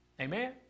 Amen